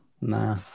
Nah